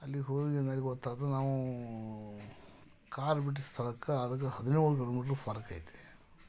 ಅಲ್ಲಿ ಹೋದ ಗೊತ್ತಾಯ್ತು ನಾವು ಕಾರ್ ಬಿಟ್ಟ ಸ್ಥಳಕ್ಕೆ ಅದಕ್ಕೆ ಹದಿನೇಳು ಕಿಲೋಮೀಟ್ರ್ ಫರಕ್ ಐತೆ